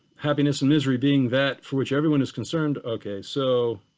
happiness and misery being that for which everyone is concerned okay so